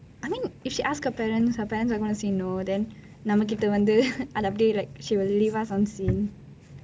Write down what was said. I mean if she ask her parents her parents are going to say no then நம்மகிட்டே வந்து:namma kittei vanthu அப்படியே வந்து:appadiyei vanthu she will leave us something